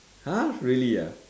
!huh! really ah